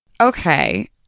Okay